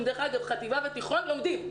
דרך אגב, חטיבה ותיכון לומדים.